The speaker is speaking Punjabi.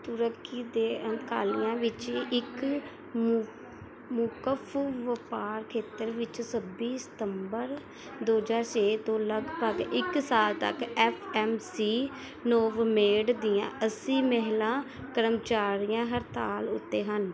ਤੁਰਕੀ ਦੇ ਅੰਤਾਲਿਆ ਵਿੱਚ ਇੱਕ ਮੁ ਮੁਕਫ਼ ਵਪਾਰ ਖੇਤਰ ਵਿੱਚ ਛੱਬੀ ਸਤੰਬਰ ਦੋ ਹਜ਼ਾਰ ਛੇ ਤੋਂ ਲਗਭਗ ਇੱਕ ਸਾਲ ਤੱਕ ਐੱਫ ਐੱਮ ਸੀ ਨੋਵਮੇਡ ਦੀਆਂ ਅੱਸੀ ਮਹਿਲਾ ਕਰਮਚਾਰੀ ਹੜਤਾਲ ਉੱਤੇ ਹਨ